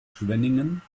schwenningen